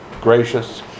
gracious